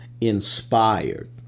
inspired